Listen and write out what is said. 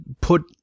put